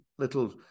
little